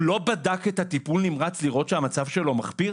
הוא לא בדק את הטיפול נמרץ לראות שהמצב שלו מחפיר?